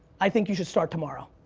i think you should start tomorrow,